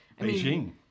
Beijing